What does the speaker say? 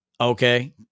Okay